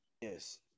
Yes